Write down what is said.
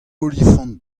olifant